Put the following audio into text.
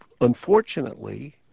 Unfortunately